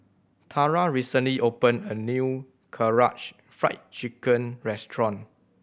Tara recently opened a new Karaage Fried Chicken restaurant